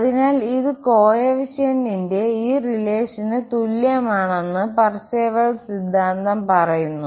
അതിനാൽ ഇത് കോഎഫിഷ്യന്റിന്റെ ഈ റിലേഷന് തുല്യമാണെന്ന് പർസേവൽസ് സിദ്ധാന്തം പറയുന്നു